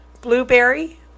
Blueberry